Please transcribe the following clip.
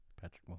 Patrick